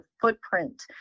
footprint